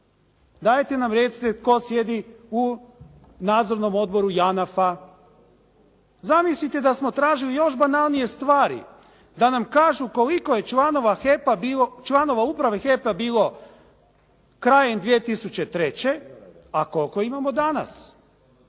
dajte nam recite tko sjedi u Nadzornom odboru JANAF-a. Zamislite da smo tražili još banalnije stvari, da nam kažu koliko je članova Uprave HEP-a bilo krajem 2003. a koliko imamo danas.